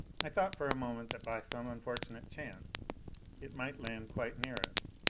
i thought for a moment that by some unfortunate chance it might land quite near us.